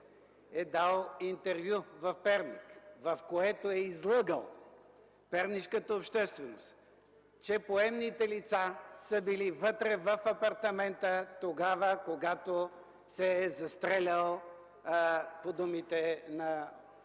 е дал интервю в Перник, в което е излъгал пернишката общественост, че поемните лица са били вътре в апартамента, тогава, когато се е застрелял, по думите на